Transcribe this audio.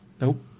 Nope